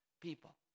people